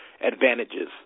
advantages